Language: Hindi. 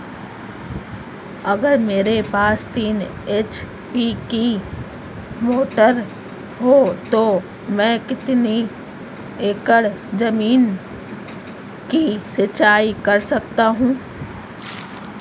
अगर मेरे पास तीन एच.पी की मोटर है तो मैं कितने एकड़ ज़मीन की सिंचाई कर सकता हूँ?